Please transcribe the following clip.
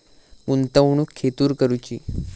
गुंतवणुक खेतुर करूची?